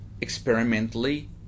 experimentally